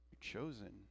chosen